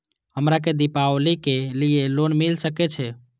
हमरा के दीपावली के लीऐ लोन मिल सके छे?